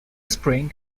spring